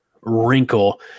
wrinkle